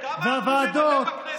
רק אתה, כמה אחוזים אתם בכנסת?